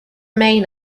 main